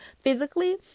physically